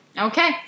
Okay